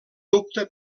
dubte